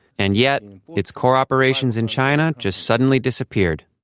and yet its core operations in china just suddenly disappeared,